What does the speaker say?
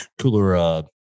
cooler